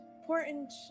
important